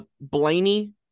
Blaney